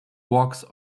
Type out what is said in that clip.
walks